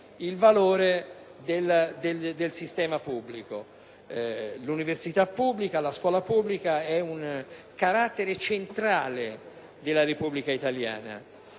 il valore del sistema pubblico. L'università pubblica, la scuola pubblica hanno un carattere centrale nella Repubblica italiana.